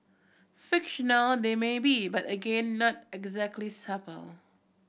fictional they may be but again not exactly